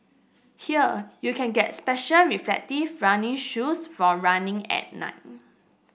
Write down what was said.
here you can get special reflective running shoes for running at night